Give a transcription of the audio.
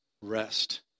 rest